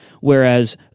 whereas